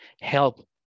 help